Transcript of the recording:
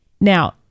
now